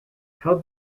how